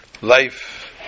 Life